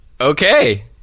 Okay